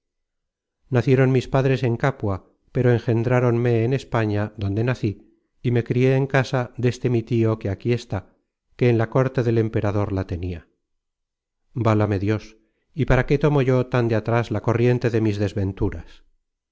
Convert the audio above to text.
nacieron mis padres en capua pero engendráronme en españa donde nací y me crié en casa deste mi tio que aquí está que en la corte del emperador la tenia válame dios y para qué tomo yo tan de cas casa deste mi tio ya huérfana de mis